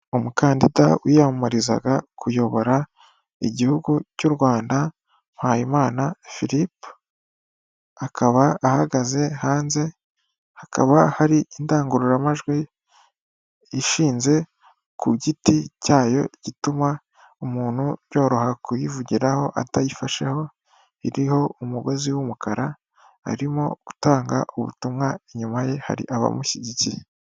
Umukandida wiyamamarizaga kuyobora igihugu cy'u Rwanda Mpayimana Philipp, akaba ahagaze hanze hakaba hari indangururamajwi ishinze ku giti cyayo gituma umuntu byoroha kuyivugiraho atayifasheho, iriho umugozi w'umukara arimo gutanga ubutumwa inyuma ye hari abamushyigikiye.